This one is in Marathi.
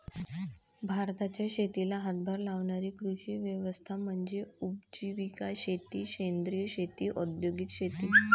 भारताच्या शेतीला हातभार लावणारी कृषी व्यवस्था म्हणजे उपजीविका शेती सेंद्रिय शेती औद्योगिक शेती